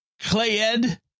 clayed